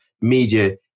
media